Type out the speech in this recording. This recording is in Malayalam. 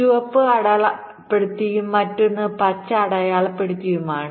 ചുവപ്പ് അടയാളപ്പെടുത്തിയതും മറ്റൊന്ന് പച്ച അടയാളപ്പെടുത്തിയതുമാണ്